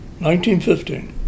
1915